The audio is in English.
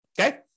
okay